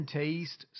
taste